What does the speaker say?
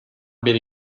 beri